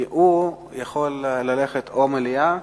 כי הוא יכול ללכת או על מליאה